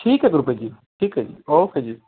ਠੀਕ ਹੈ ਗੁਰਪ੍ਰੀਤ ਜੀ ਠੀਕ ਹੈ ਜੀ ਓਕੇ ਜੀ